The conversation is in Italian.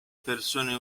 persone